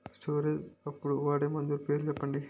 Storage అప్పుడు వాడే మందులు పేర్లు చెప్పండీ?